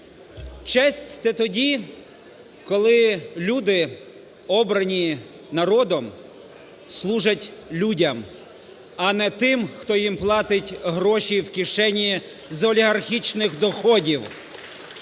Честь – це тоді, коли люди, обрані народом, служать людям, а не тим, хто їм платить гроші в кишені з олігархічних доходів.